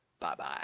Bye-bye